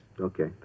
Okay